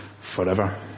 forever